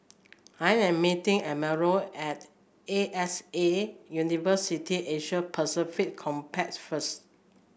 I am meeting Emilio at A X A University Asia Pacific Campus first